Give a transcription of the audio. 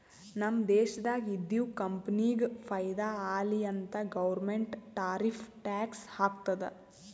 ನಮ್ ದೇಶ್ದಾಗ್ ಇದ್ದಿವ್ ಕಂಪನಿಗ ಫೈದಾ ಆಲಿ ಅಂತ್ ಗೌರ್ಮೆಂಟ್ ಟಾರಿಫ್ ಟ್ಯಾಕ್ಸ್ ಹಾಕ್ತುದ್